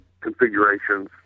configurations